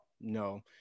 No